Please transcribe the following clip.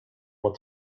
will